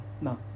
No